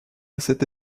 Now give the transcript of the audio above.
cette